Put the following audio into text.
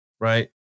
Right